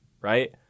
right